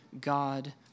god